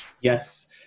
Yes